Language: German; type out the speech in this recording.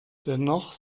dennoch